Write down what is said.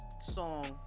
song